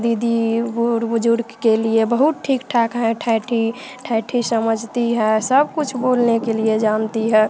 दीदी बूढ़ बुजुर्ग के लिए बहुत ठीक ठाक है ठेठी ठेठी समझती है सबकुछ बोलने के लिए जानती है